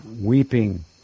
weeping